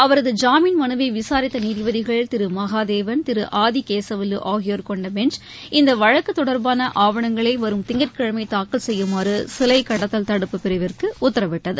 அவரது ஜாமீன் மனுவை விசாரித்த நீதிபதிகள் திரு மகாதேவன் திரு ஆதிகேசவலு ஆகியோர் கொண்ட பெஞ்ச் இந்த வழக்கு தொடர்பாள ஆவணங்களை வரும் திங்கட்கிழமை தாக்கல் செய்யுமாறு சிலை கடத்தல் தடுப்பு பிரிவிற்கு உத்தரவிட்டது